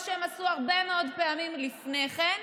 מה שהם עשו הרבה מאוד פעמים לפני כן,